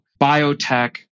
biotech